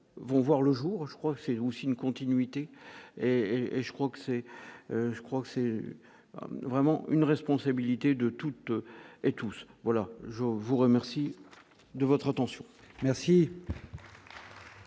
vont voir le jour, je crois que c'est aussi une continuité et je crois que c'est, je crois que c'est vraiment une responsabilité de toutes et tous, voilà je vous remercie de votre attention, merci.